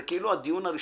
זה כאילו הדיון הראשון,